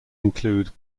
include